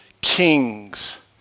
kings